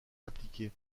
appliquée